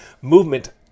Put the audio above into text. movement